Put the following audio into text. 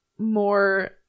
more